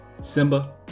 Simba